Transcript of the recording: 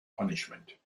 punishment